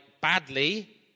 badly